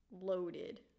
loaded